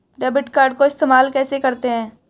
Debit card को इस्तेमाल कैसे करते हैं?